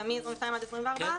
ומ-22 עד 24,